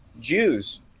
Jews